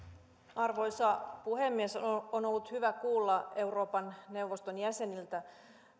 arvoisa puhemies on ollut hyvä kuulla euroopan neuvoston jäseniltä